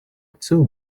two